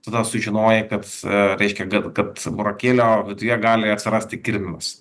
tada sužinojai kad reiškia kad kad burokėlio viduje gali atsirasti kirminas